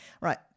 Right